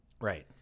Right